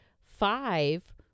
five